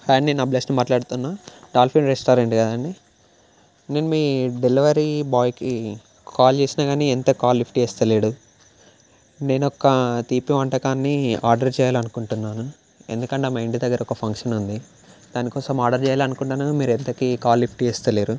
hi నేను అభిలాష్ మాట్లాడుతున్న dolphin restaurant కదండీ నేను మీ డెలివరీ బాయ్కి కాల్ చేసినా గానీ ఎంత కాల్ లిఫ్ట్ చేస్తలేడు నేనొక తీపి వంటకాన్ని ఆర్డర్ చేయాలనుకుంటున్నాను ఎందుకంటే మా ఇంటి దగ్గర ఒక ఫంక్షన్ ఉంది దానికోసం ఆర్డర్ చెయ్యాలి అనుకుంటానాను మీరు ఎంతకీ కాల్ లిఫ్ట్ చేస్తలేరు